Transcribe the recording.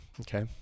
Okay